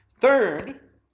Third